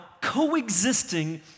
coexisting